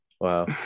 Wow